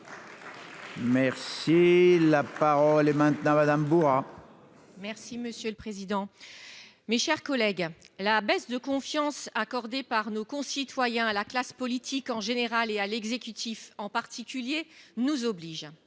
aidera. La parole est à Mme Toine Bourrat, sur l'article. Mes chers collègues, la baisse de confiance accordée par nos concitoyens à la classe politique en général et à l'exécutif en particulier nous oblige.